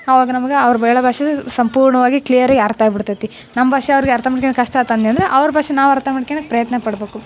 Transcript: ಅವಾಗ ನಮ್ಗೆ ಅವ್ರ ಹೇಳೋ ಭಾಷೆದು ಸಂಪೂರ್ಣವಾಗಿ ಕ್ಲಿಯರಿ ಅರ್ಥ ಆಗ್ಬಿಡ್ತೈತಿ ನಮ್ಮ ಭಾಷೆ ಅವ್ರಿಗೆ ಅರ್ಥ ಮಾಡ್ಕೊಳ್ಳೋಕ್ ಕಷ್ಟ ಆತು ಅನ್ನಿ ಅಂದ್ರೆ ಅವ್ರ ಭಾಷೆ ನಾವು ಅರ್ಥ ಮಾಡ್ಕೊಳ್ಳೋಕೆ ಪ್ರಯತ್ನ ಪಡಬೇಕು